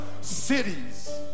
cities